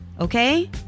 Okay